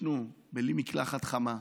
יישנו בלי מקלחת חמה,